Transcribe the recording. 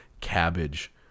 cabbage